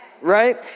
right